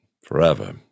forever